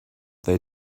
they